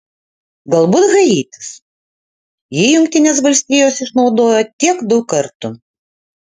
galbūt haitis jį jungtinės valstijos išnaudojo tiek daug kartų